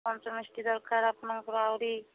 ପଞ୍ଚ ମିଷ୍ଟି ଦରକାର ଆପଣଙ୍କର ଆହୁରି